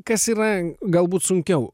kas yra galbūt sunkiau